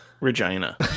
Regina